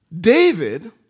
David